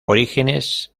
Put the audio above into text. orígenes